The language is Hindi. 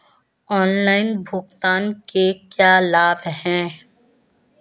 ऑनलाइन भुगतान के क्या लाभ हैं?